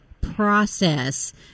process